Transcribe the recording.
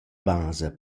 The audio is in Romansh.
basa